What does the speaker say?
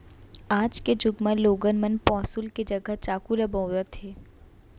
आज के जुग म लोगन मन पौंसुल के जघा चाकू ल बउरत हें